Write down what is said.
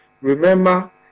remember